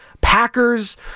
Packers